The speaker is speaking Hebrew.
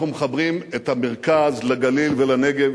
אנחנו מחברים את המרכז לגליל ולנגב